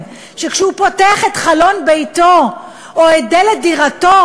שכשהוא פותח את חלון ביתו או את דלת דירתו,